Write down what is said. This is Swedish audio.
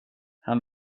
han